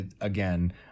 again